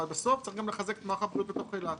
בסוף צריך גם לחזק את מערך הבריאות בתוך אילת.